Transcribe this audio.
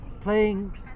playing